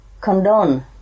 condone